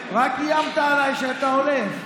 אני לא אעזוב אותך, רק איימת עליי שאתה הולך.